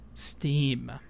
steam